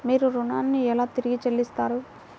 మీరు ఋణాన్ని ఎలా తిరిగి చెల్లిస్తారు?